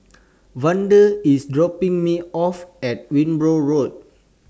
Vander IS dropping Me off At Wimborne Road